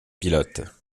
pilotes